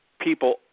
people